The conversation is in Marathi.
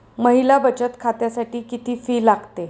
महिला बचत खात्यासाठी किती फी लागते?